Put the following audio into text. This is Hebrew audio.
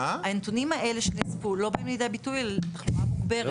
הנתונים שהאלה שדווחו לא באים לידי ביטוי בצורה מוגברת.